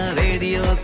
radio